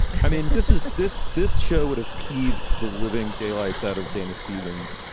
i mean, this is this this show would have peeved the living daylights out of dana stevens,